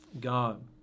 God